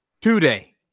Today